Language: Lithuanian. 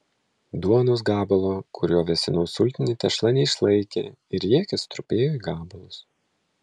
duonos gabalo kuriuo vėsinau sultinį tešla neišlaikė ir riekė sutrupėjo į gabalus